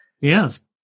Yes